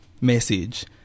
message